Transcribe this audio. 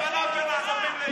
אין הבדלה בין ערבים ליהודים,